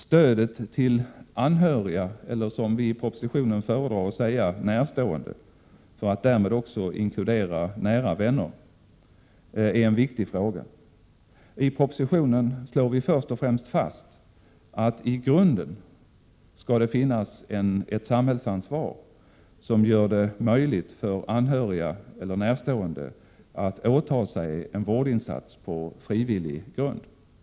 Stödet till anhöriga, eller — som vi i propositionen föredrar att säga — närstående, för att därmed också inkludera nära vänner, är en viktig fråga. I propositionen slår vi först och främst fast att det i grunden skall finnas ett samhällsansvar, som gör det möjligt för anhöriga eller närstående att åta sig en vårdinsats på frivillig grund.